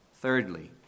thirdly